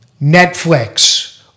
Netflix